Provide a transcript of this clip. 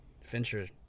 Fincher